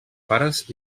pares